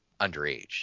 underage